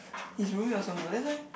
his roomie also know that's why